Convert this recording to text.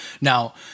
now